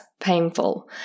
painful